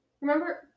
Remember